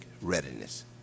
readiness